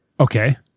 Okay